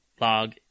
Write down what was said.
Log